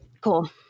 Cool